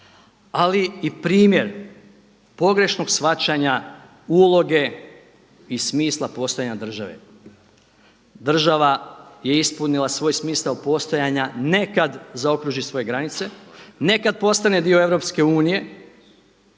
ali i primjer pogrešnog shvaćanja uloge i smisla postojanja države. Država je ispunila svoj smisao postojanja ne kada zaokruži svoje granice, ne kada postane dio EU ili